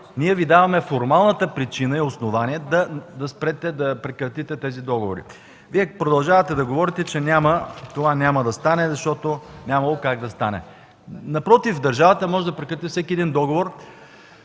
Даваме Ви формалната причина и основание да спрете, да прекратите тези договори. Вие продължавате да говорите, че това няма да стане, защото нямало как да стане. Напротив, държавата може да прекрати всеки един договор,